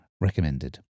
recommended